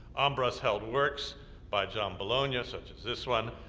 ambras held works by john bologna, such as this one,